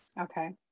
Okay